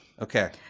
Okay